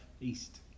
east